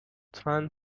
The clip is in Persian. پاهایم